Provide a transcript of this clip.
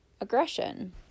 aggression